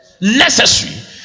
Necessary